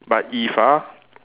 but if ah